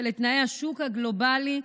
ולתנאי השוק הגלובלי,